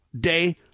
day